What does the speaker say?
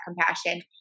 compassion